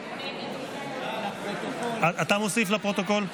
אתה מוסיף לפרוטוקול?